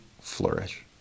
flourish